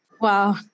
Wow